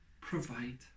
provide